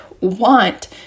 want